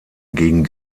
gegen